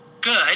good